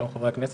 שלום חברי הכנסת.